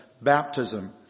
baptism